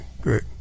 great